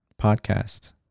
podcast